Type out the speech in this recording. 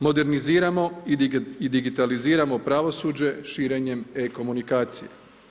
Moderniziramo i digitaliziramo pravosuđe širenjem e komunikacije.